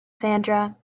sandra